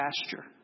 pasture